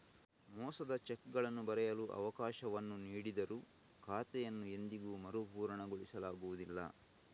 ಮೋಸದ ಚೆಕ್ಗಳನ್ನು ಬರೆಯಲು ಅವಕಾಶವನ್ನು ನೀಡಿದರೂ ಖಾತೆಯನ್ನು ಎಂದಿಗೂ ಮರುಪೂರಣಗೊಳಿಸಲಾಗುವುದಿಲ್ಲ